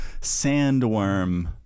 sandworm